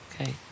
okay